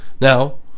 Now